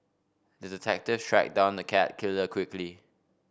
the detective tracked down the cat killer quickly